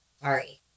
Sorry